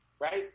Right